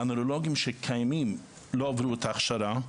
הנוירולוגים שקיימים לא עברו את ההכשרה.